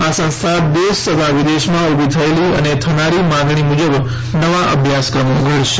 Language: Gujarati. આ સંસ્થો દેશ તથા વિદેશમાં ઉભી થયેલી અને થનારી માંગણી મુજબ નવા અભ્યાસક્રમો ઘડશે